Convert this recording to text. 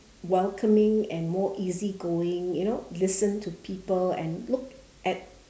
welcoming and more easy going you know listen to people and look at